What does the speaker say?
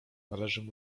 należy